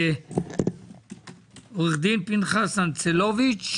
עו"ד פנחס אנצלוביץ,